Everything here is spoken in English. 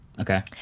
Okay